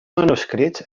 manuscrits